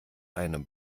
einem